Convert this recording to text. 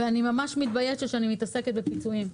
ואני ממש מתביישת שאני מתעסקת בפיצויים.